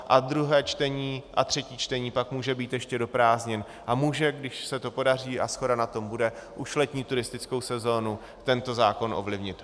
A druhé a třetí čtení pak může být ještě do prázdnin a může, když se to podaří a shoda na tom bude, už letní turistickou sezónu tento zákon ovlivnit.